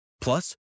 Plus